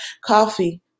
Coffee